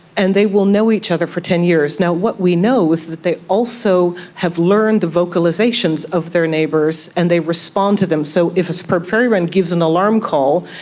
and they will know each other for ten years. now, what we know is that they also have learned the vocalisations of their neighbours and they respond to them. so if a superb fairy wren gives an alarm call,